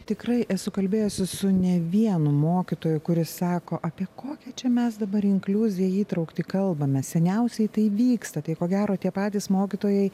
tikrai esu kalbėjusi su ne vienu mokytoju kuris sako apie kokią čia mes dabar inkliuziją įtrauktį kalbame seniausiai tai vyksta tai ko gero tie patys mokytojai